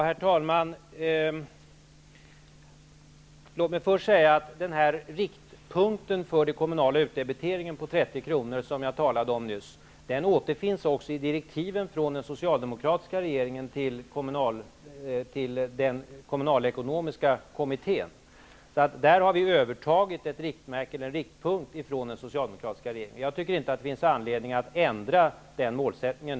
Herr talman! Låt mig först säga att den riktpunkt på 30 kr. för den kommunala utdebiteringen som jag nyss talade om återfinns också i direktiven från den socialdemokratiska regeringen till den kommunalekonomiska kommittén. Vi har alltså övertagit den riktpunkten från den socialdemokratiska regeringen. Jag tycker inte att det nu finns anledning att ändra den målsättningen.